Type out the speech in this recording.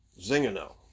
Zingano